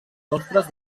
sostres